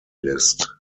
list